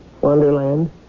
Wonderland